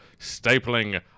stapling